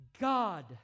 God